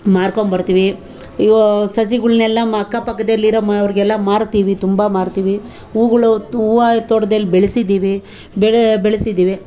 ಮಾರ್ಕೊಂಡು ಬರ್ತೀವಿ ಇವೂ ಸಸಿಗಳ್ನೆಲ್ಲ ಅಕ್ಕಪಕ್ಕದಲ್ಲಿರೋ ಮನೆಯವರಿಗೆಲ್ಲ ಮಾರ್ತೀವಿ ತುಂಬ ಮಾರ್ತೀವಿ ಹೂಗಳು ಹೂವು ತೋಟ್ದಲ್ಲಿ ಬೆಳ್ಸಿದ್ದೀವಿ ಬೆಳೆ ಬೆಳ್ಸಿದ್ದೀವಿ